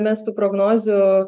mes tų prognozių